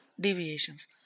deviations